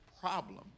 problem